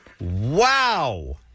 Wow